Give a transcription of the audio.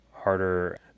harder